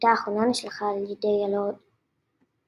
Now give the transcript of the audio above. הטיוטה האחרונה נשלחה על ידי הלורד בלפור,